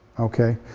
okay?